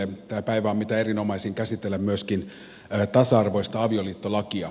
tämä päivä on mitä erinomaisin käsitellä myöskin tasa arvoista avioliittolakia